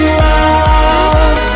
love